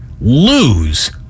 lose